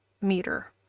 meter